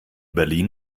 berlin